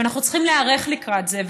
ואנחנו צריכים להיערך לקראת זה.